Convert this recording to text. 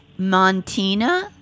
Montina